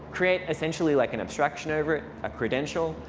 create essentially like an abstraction over it, a credential,